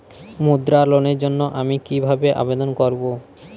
মুদ্রা লোনের জন্য আমি কিভাবে আবেদন করবো?